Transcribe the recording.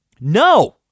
No